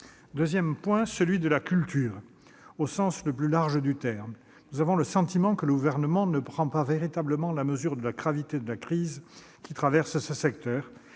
Deuxième point : la culture, au sens le plus large du terme. Nous avons le sentiment que le Gouvernement ne prend pas véritablement la mesure de la gravité de la crise que traverse ce secteur.